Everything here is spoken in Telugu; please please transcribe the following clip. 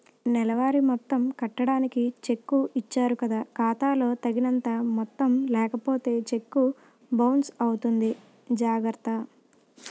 నెలవారీ మొత్తం కట్టడానికి చెక్కు ఇచ్చారు కదా ఖాతా లో తగినంత మొత్తం లేకపోతే చెక్కు బౌన్సు అవుతుంది జాగర్త